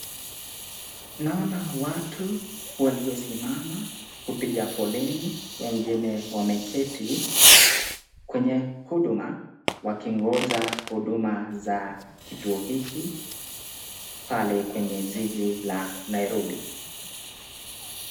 Naona watu walio simama kupiga foleni wengine wameketi kwenye huduma wakingoja huduma za kituo hiki pale kwenye jiji la Nairobi.